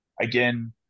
Again